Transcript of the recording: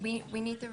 אנחנו צריכים את